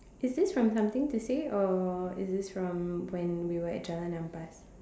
is this from something to say or is this from when we were at Jalan-Ampas